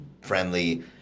friendly